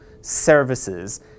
services